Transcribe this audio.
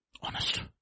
Honest